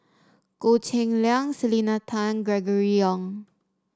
Goh Cheng Liang Selena Tan Gregory Yong